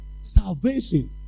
Salvation